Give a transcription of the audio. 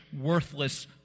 worthless